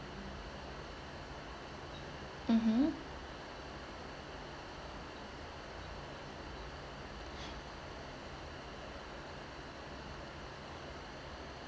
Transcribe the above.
mmhmm